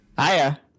Hiya